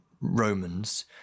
Romans